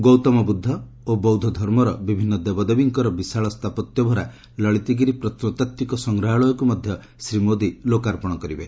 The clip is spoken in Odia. ଗୌତମ ବୁଦ୍ଧ ଓ ବୌଦ୍ଧଧର୍ମର ବିଭିନ୍ନ ଦେବଦେବୀଙ୍କର ବିଶାଳ ସ୍ଥାପତ୍ୟଭରା ଲଳିତଗିରି ପ୍ରତ୍ନତାତ୍ତିକ ସଂଗ୍ରହାଳୟକୁ ମଧ୍ୟ ଶ୍ରୀ ମୋଦି ଲୋକାର୍ପଣ କରିବେ